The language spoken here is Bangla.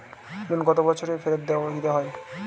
লোন কত বছরে ফেরত দিতে হয়?